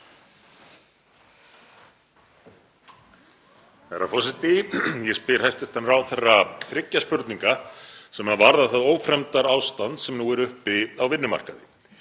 Herra forseti. Ég spyr hæstv. ráðherra þriggja spurninga sem varða það ófremdarástand sem nú er uppi á vinnumarkaði.